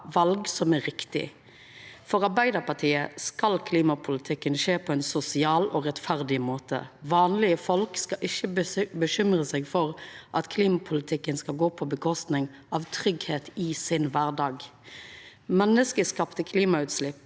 val som er riktige. For Arbeidarpartiet skal klimapolitikken skje på ein sosial og rettferdig måte. Vanlege folk skal ikkje bekymra seg for at klimapolitikken skal gå på kostnad av tryggleik i deira kvardag. Menneskeskapte klimautslepp